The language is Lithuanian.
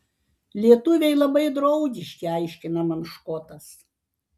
lietuviai labai draugiški aiškina man škotas